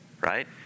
right